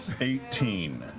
eighteen.